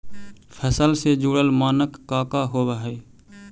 फसल से जुड़ल मानक का का होव हइ?